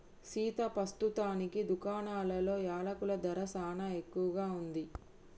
సీతా పస్తుతానికి దుకాణాలలో యలకుల ధర సానా ఎక్కువగా ఉంది